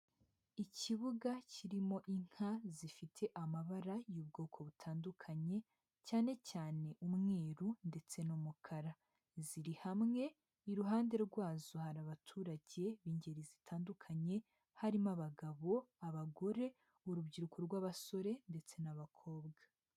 Ikibuga kirimo inka zifite amabara y'ubwoko butandukanye cyane cyane umweru ndetse n'umukara, ziri hamwe. Iruhande rwazo hari abaturage b'ingeri zitandukanye harimo abagabo, abagore, urubyiruko rw'abasore ndetse n'abakobwa.